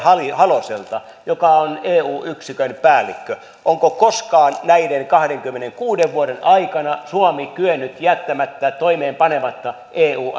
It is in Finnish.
haloselta joka on eu yksikön päällikkö onko koskaan näiden kahdenkymmenenkuuden vuoden aikana suomi kyennyt jättämään toimeenpanematta eu